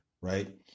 Right